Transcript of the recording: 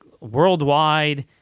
worldwide